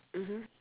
mmhmm